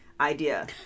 idea